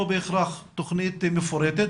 לא בהכרח תכנית מפורטת,